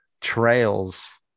trails